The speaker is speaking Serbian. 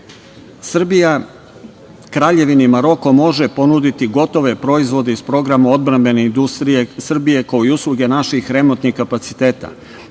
Kraljevini Maroko može ponuditi gotove proizvode iz programa odbrambene industrije Srbije, kao i usluge naših remontnih kapaciteta.